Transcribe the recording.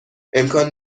امکان